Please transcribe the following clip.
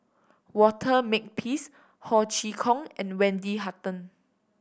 Walter Makepeace Ho Chee Kong and Wendy Hutton